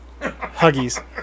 Huggies